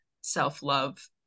self-love